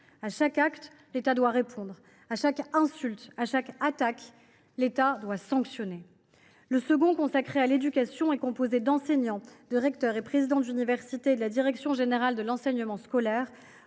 à chaque acte, l’État doit répondre ; à chaque insulte, à chaque attaque, l’État doit sanctionner. Le second, consacré à l’éducation et composé d’enseignants, de recteurs et présidents d’universités et de la direction générale de l’enseignement scolaire,